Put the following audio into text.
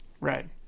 Right